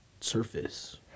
surface